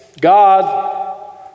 God